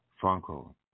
Franco